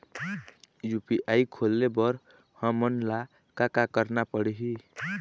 UPI खोले बर हमन ला का का करना पड़ही?